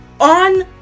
on